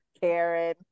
karen